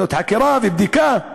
ועדות חקירה ובדיקה,